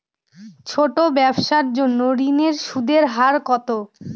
ছোট ব্যবসার জন্য ঋণের সুদের হার কত?